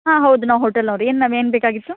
ಹಾಂ ಹೌದು ನಾವು ಹೋಟೆಲ್ನವರು ಏನು ಮ್ಯಾಮ್ ಏನು ಬೇಕಾಗಿತ್ತು